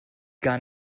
gar